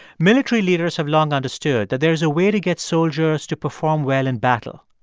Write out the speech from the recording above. military leaders have long understood that there is a way to get soldiers to perform well in battle.